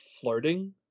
flirting